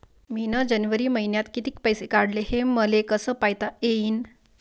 मिन जनवरी मईन्यात कितीक पैसे काढले, हे मले कस पायता येईन?